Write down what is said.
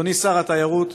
אדוני שר התיירות,